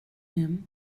him